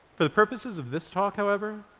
for the purposes of this talk, however,